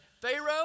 Pharaoh